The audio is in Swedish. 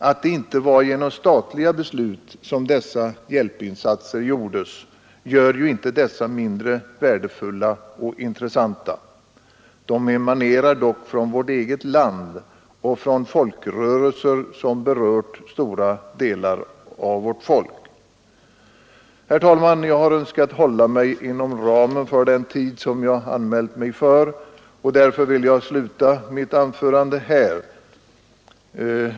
Att det inte var genom statliga beslut som dessa hjälpinsatser gjordes gör dem inte mindre värdefulla och intressanta. De emanerar dock från vårt eget land och från folkrörelser som berört stora delar av vårt folk. Herr talman! Jag har önskat hålla mig inom ramen för den tid jag anmält mig för, och därför vill jag sluta mitt anförande här.